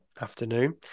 afternoon